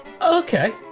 Okay